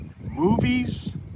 movies